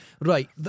right